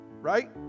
right